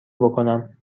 بکنم